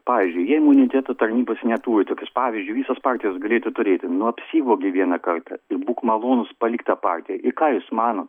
pavyzdžiui jie imuniteto tarnybos neturi tokios pavyzdžiui visos partijos galėtų turėti nu apsivogei vieną kartą i būk malonus palik tą partiją ir ką jūs manot